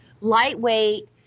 lightweight